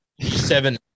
seven